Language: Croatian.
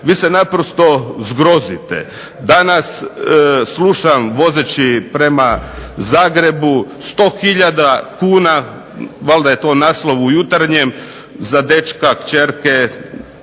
vi ste naprosto zgroziti, danas slušam vozeći prema Zagrebu, 100 hiljada kuna, valjda je to naslov Jutarnjeg za dečka kćerke,